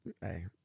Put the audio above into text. Hey